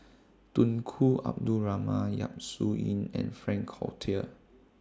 Tunku Abdul Rahman Yap Su Yin and Frank Cloutier